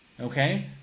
okay